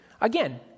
again